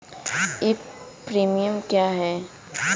एक प्रीमियम क्या है?